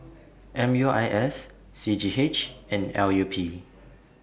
M U I S C G H and L U P